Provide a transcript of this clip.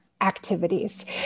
activities